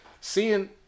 seeing